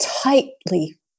tightly